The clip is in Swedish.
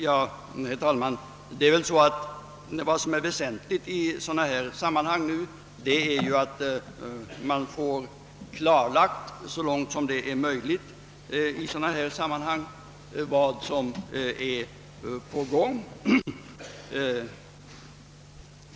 Herr talman! Det är väsentligt i sådana här sammanhang att man så långt som det är möjligt få klarlagt vad som är på gång.